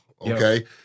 okay